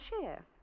share